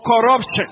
corruption